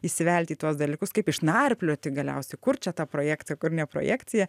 įsivelti į tuos dalykus kaip išnarplioti galiausiai kur čia ta projekcija kur ne projekcija